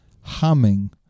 humming